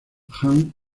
han